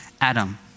Adam